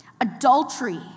Adultery